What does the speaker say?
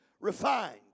refined